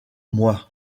moi